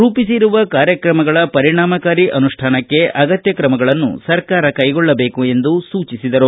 ರೂಪಿಸಿರುವ ಕಾರ್ಯಕ್ರಮಗಳ ಪರಿಣಾಮಕಾರಿ ಅನುಷ್ನಾನಕ್ಕೆ ಅಗತ್ಯ ಕ್ರಮಗಳನ್ನು ಸರ್ಕಾರ ಕೈಗೊಳ್ಳಬೇಕು ಎಂದು ಸೂಚಿಸಿದರು